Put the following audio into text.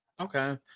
Okay